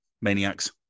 maniacs